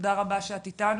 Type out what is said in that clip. תודה רבה שאת איתנו.